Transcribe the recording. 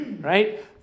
Right